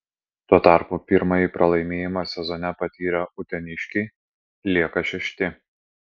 tuo tarpu pirmąjį pralaimėjimą sezone patyrę uteniškiai lieka šešti